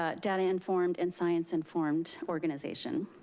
ah data-informed and science-informed organization.